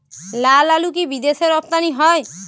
লালআলু কি বিদেশে রপ্তানি হয়?